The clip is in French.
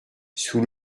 sous